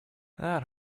that